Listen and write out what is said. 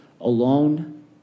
alone